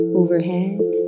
overhead